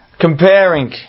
comparing